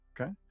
Okay